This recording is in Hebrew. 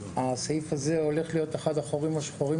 הסעיף הזה הולך להיות אחד החורים השחורים